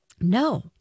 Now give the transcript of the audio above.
No